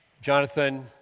Jonathan